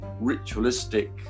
ritualistic